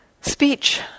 speech